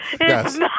yes